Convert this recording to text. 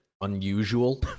unusual